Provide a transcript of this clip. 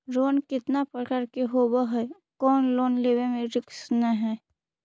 Loan कितना प्रकार के होबा है कोन लोन लेब में रिस्क न है?